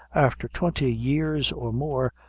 after twenty years or more,